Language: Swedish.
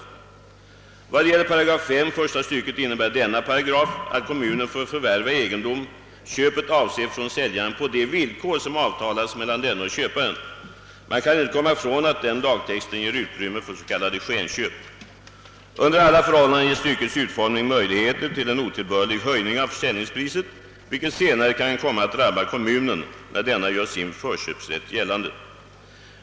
Vad sedan gäller § 5 första stycket innebär denna paragraf att kommunen får förvärva den egendom köpet avser från säljaren på de villkor som avtalats mellan denne och köparen. Man kan inte komma ifrån att denna lagtext lämnar utrymme för s.k. skenköp. Under alla förhållanden ger styckets utformning möjligheter till en otillbörlig höjning av försäljningspriset, vilket senare kan komma att drabba kommunen när denna gör sin förköpsrätt gällande.